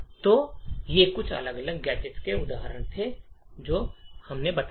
तो ये कुछ अलग अलग गैजेट्स के उदाहरण थे जो हमने बनाए हैं